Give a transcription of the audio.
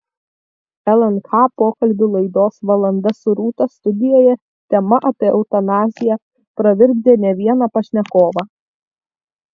lnk pokalbių laidos valanda su rūta studijoje tema apie eutanaziją pravirkdė ne vieną pašnekovą